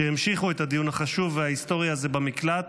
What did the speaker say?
והמשיכו את הדיון החשוב וההיסטורי הזה במקלט,